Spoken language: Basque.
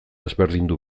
ezberdindu